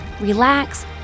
relax